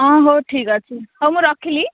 ଅଁ ହଉ ଠିକ୍ ଅଛି ହଉ ମୁଁ ରଖିଲି